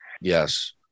Yes